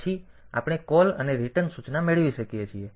પછી આપણે કોલ અને રીટર્ન સૂચના મેળવી શકીએ છીએ